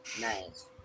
Nice